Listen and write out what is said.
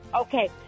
Okay